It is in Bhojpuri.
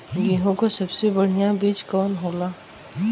गेहूँक सबसे बढ़िया बिज कवन होला?